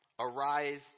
Arise